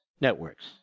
networks